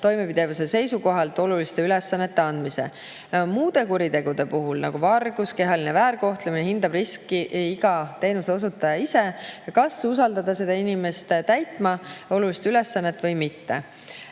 toimepidevuse seisukohalt oluliste ülesannete andmise. Muude kuritegude puhul, nagu vargus või kehaline väärkohtlemine, hindab riski iga teenuseosutaja ise, kas usaldada seda inimest täitma olulist ülesannet või mitte.